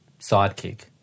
sidekick